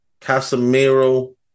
Casemiro